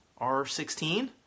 R16